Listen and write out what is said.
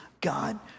God